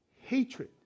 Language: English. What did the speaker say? Hatred